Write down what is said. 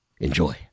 Enjoy